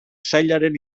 sailaren